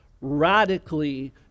radically